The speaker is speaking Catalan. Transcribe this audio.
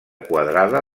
quadrada